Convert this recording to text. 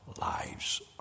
lives